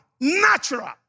Natural